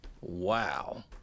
Wow